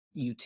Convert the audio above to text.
UT